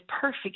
perfect